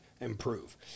improve